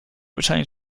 returning